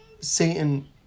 Satan